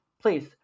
please